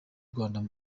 rwanda